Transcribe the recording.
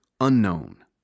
Unknown